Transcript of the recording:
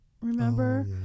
Remember